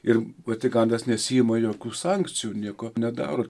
ir vatikanas nesiima jokių sankcijų nieko nedaro